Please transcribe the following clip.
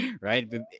right